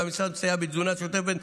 והמשרד מסייע בתזונה שוטפת,